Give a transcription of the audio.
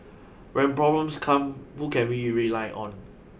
when problems come who can we rely on